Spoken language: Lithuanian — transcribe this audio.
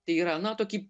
tai yra na tokį